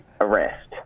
arrest